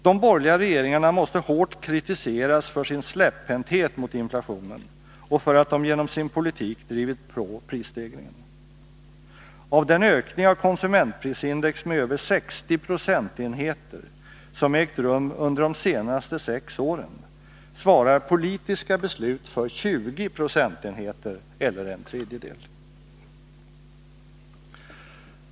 De borgerliga regeringarna måste hårt kritiseras för sin släpphänthet mot inflationen och för att de genom sin politik drivit på prisstegringen. Av den ökning av konsumentprisindex med över 60 procentenheter, som ägt rum under de senaste sex åren, svarar politiska beslut för 20 procentenheter eller en tredjedel.